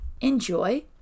Enjoy